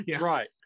Right